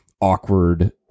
awkward